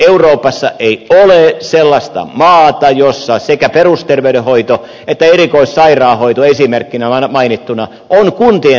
euroopassa ei ole sellaista maata jossa sekä perusterveydenhoito että erikoissairaanhoito esimerkkeinä mainittuina on kuntien harteilla